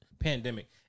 pandemic